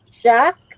Jack